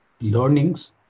learnings